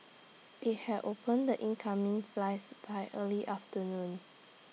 IT had opened the incoming flights by early afternoon